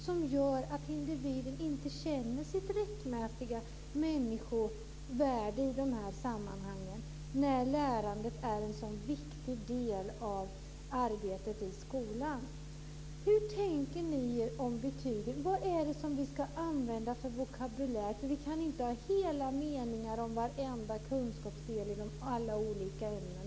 Det gör att individen inte känner sitt rättmätiga människovärde i de här sammanhangen. Lärandet är ju en sådan viktig del av arbetet i skolan. Hur tänker ni om betygen? Vilken vokabulär ska vi använda? Vi kan inte ha hela meningar om varenda kunskapsdel i alla olika ämnen.